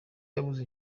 yabuze